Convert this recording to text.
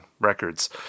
records